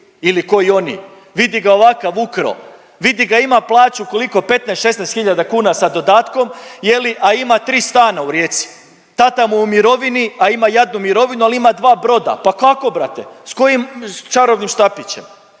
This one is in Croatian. ili ko i oni, vidi ga ovakav, ukrao, vidi ga ima plaću, koliko, 15-16 hiljada kuna sa dodatkom je li, a ima 3 stana u Rijeci, tata mu u mirovini, a ima jadnu mirovinu, al ima 2 broda, pa kako brate, s kojim čarobnim štapićem?